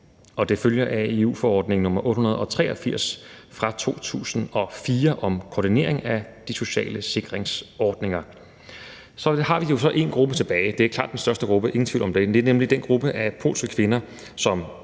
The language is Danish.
det følger af EU-forordning nr. 883 fra 2004 om koordinering af de sociale sikringsordninger. Kl. 17:18 Så har vi en gruppe tilbage. Det er klart den største gruppe, ingen tvivl om det. Det er nemlig den gruppe af polske kvinder,